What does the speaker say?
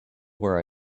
where